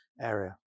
area